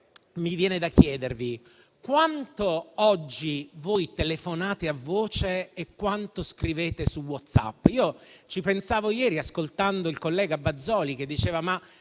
mi viene da chiedervi quanto oggi telefonate a voce e quanto scrivete su WhatsApp. Ci pensavo ieri, ascoltando il collega Bazoli, quando diceva